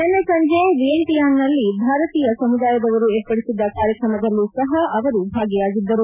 ನಿನ್ನೆ ಸಂಜೆ ವಿಯೆಂಟಿಯಾನ್ನಲ್ಲಿ ಭಾರತೀಯ ಸಮುದಾಯದವರು ಏರ್ಪಡಿಸಿದ್ದ ಕಾರ್ಯಕ್ರಮದಲ್ಲೂ ಸಹ ಅವರು ಭಾಗವಹಿಸಿದ್ದರು